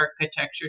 architecture